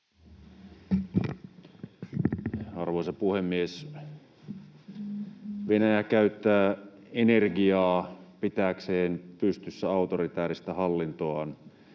Arvoisa puhemies! Venäjä käyttää energiaa pitääkseen pystyssä autoritääristä hallintoaan